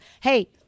Hey